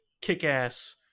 kick-ass